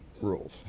rules